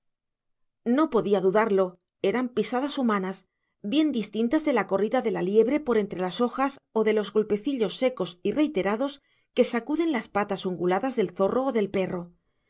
no podía dudarlo eran pisadas humanas bien distintas de la corrida de la liebre por entre las hojas o de los golpecitos secos y reiterados que sacuden las patas unguladas del zorro o del perro